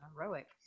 heroic